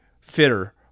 fitter